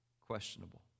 questionable